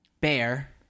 bear